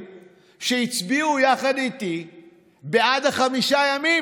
שהצביעו יחד איתי בעד חמישה הימים,